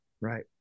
Right